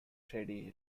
shady